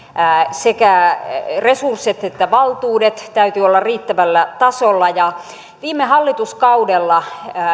sekä viranomaisten resurssien että valtuuksien täytyy olla riittävällä tasolla viime hallituskaudella